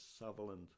Sutherland